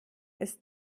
ist